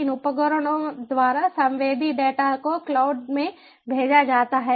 इन उपकरणों द्वारा संवेदी डेटा को क्लाउड में भेजा जाता है